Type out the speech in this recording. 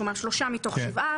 כלומר 3 מתוך 7,